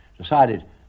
decided